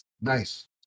Nice